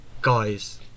guys